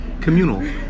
Communal